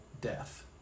death